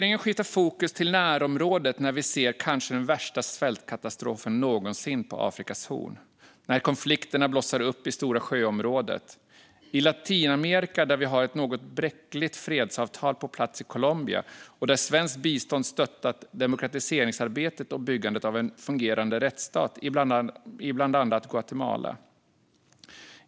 Nu, när vi ser den kanske värsta svältkatastrofen någonsin på Afrikas horn, skiftar regeringen fokus till närområdet. Konflikter blossar upp i Storasjöområdet. I Latinamerika finns ett något bräckligt fredsavtal på plats i Colombia, och svenskt bistånd har stöttat demokratiseringsarbetet och byggandet av en fungerande rättsstat i bland annat Guatemala.